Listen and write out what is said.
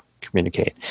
communicate